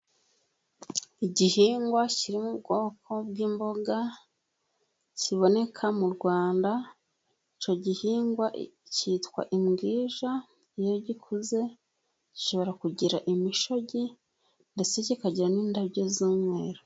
Igihingwa kiri mu bwoko bw'imboga kiboneka mu Rwanda, icyo gihingwa cyitwa imbwija. Iyo gikuze gishobora kugira imishogi, ndetse kikagira n'indabo z'umweru.